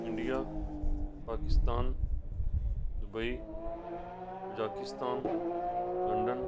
India Pakistan Dubai Kazakhstan London